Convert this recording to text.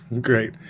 Great